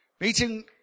meeting